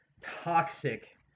toxic